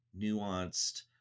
nuanced